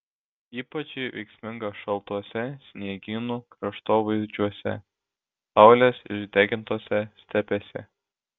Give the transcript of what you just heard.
ypač ji veiksminga šaltuose sniegynų kraštovaizdžiuose saulės išdegintose stepėse